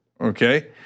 Okay